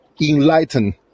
enlighten